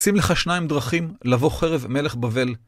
שים לך שניים דרכים לבוא חרב מלך בבל.